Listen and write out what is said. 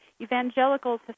evangelicals